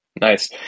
Nice